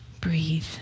breathe